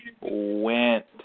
Went